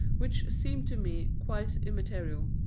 which seems to me quite immaterial.